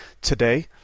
today